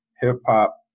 hip-hop